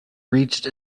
reached